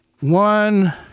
One